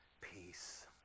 peace